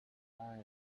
iron